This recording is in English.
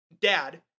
dad